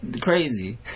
crazy